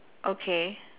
okay